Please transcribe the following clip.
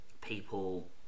people